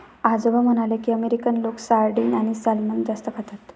आजोबा म्हणाले की, अमेरिकन लोक सार्डिन आणि सॅल्मन जास्त खातात